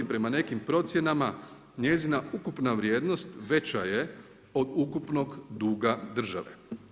Prema nekim procjenama, njezina ukupna vrijednost, veća je od ukupnog duga države.